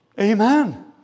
Amen